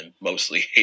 mostly